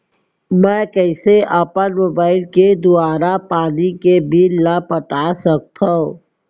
मैं कइसे अपन मोबाइल के दुवारा पानी के बिल ल पटा सकथव?